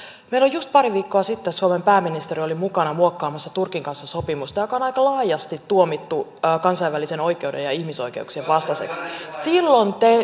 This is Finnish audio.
just pari viikkoa sitten suomen pääministeri oli mukana muokkaamassa turkin kanssa sopimusta joka on aika laajasti tuomittu kansainvälisen oikeuden ja ihmisoikeuksien vastaiseksi silloin